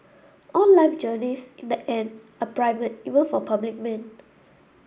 all life journeys in the end are private even for public men